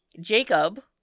Jacob